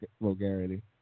vulgarity